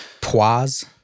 Poise